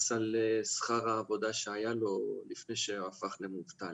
על שכר העבודה שהיה לאדם לפני שהפך למובטל.